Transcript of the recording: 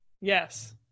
Yes